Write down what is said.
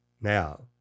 Now